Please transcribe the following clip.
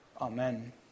Amen